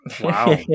Wow